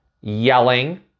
yelling